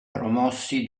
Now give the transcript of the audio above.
promossi